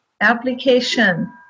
application